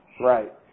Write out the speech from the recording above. Right